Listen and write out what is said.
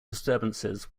disturbances